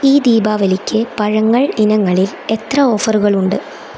ഈ ദീപാവലിക്ക് പഴങ്ങൾ ഇനങ്ങളിൽ എത്ര ഓഫറുകളുണ്ട്